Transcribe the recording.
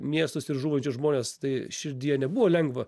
miestus ir žūvančius žmones tai širdyje nebuvo lengva